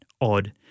odd